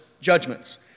judgments